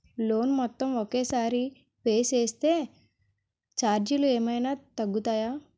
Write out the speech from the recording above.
Loan మొత్తం ఒకే సారి పే చేస్తే ఛార్జీలు ఏమైనా తగ్గుతాయా?